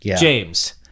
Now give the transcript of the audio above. James